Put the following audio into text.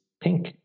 pink